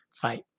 fight